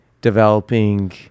developing